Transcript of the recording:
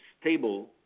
stable